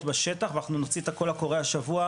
בשטח ואנחנו נוציא את הקול הקורא כבר השבוע,